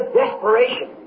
desperation